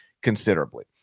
considerably